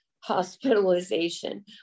hospitalization